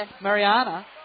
Mariana